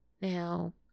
Now